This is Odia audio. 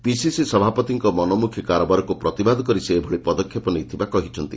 ପିସିସି ସଭାପତିଙ୍କ ମନୋମୁଖୀ କାରବାରକୁ ପ୍ରତିବାଦ କରି ସେ ଏଭଳି ପଦକ୍ଷେପ ନେଇଥିବା କହିଛନ୍ତି